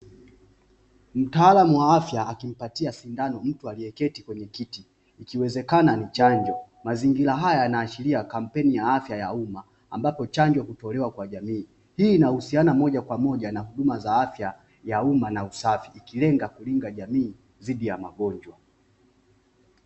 Mtaalam wa afya akimpatia sindano mtu aliyeketi kwenye kiti, ikiwezekana ni chanjo mazingira haya yanaashiria kampeni ya afya ya umma, ambapo chanjo hutolewa kwa jamii, hii inahusiana moja kwa moja na huduma za afya ya umma na usafi, ikilenga kukinga jamii dhidi ya magonjwa.